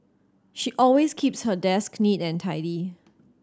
she always keeps her desk neat and tidy